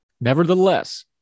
Nevertheless